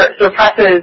suppresses